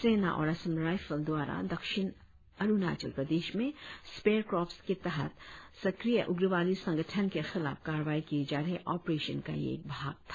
सेना और असम राईफल द्वारा दक्षिण अरुणाचल प्रदेश में स्पेयर क्रॉप्स के तहत सक्रिय उग्रवादी संगठन के खिलाफ कार्रवाई किए जा रहे ऑपरेशन का यह एक भाग था